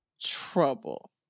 trouble